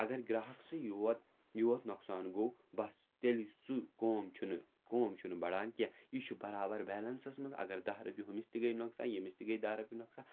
اگر گرٛاہَکسٕے یوت یوت نۄقصان گوٚو بَس تیٚلہِ سُہ قوم چھُنہٕ قوم چھُنہٕ بَڑان کینٛہہ یہِ چھُ برابر بیلَنسَس منٛز اگر دَہ رۄپیہِ ہُمِس تہِ گٔے نۄقصان ییٚمِس تہِ گٔے دَہ رۄپیہِ نۄقصان